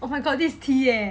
oh my god this is the end